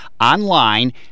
online